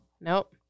Nope